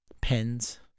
Pens